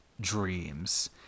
dreams